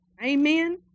Amen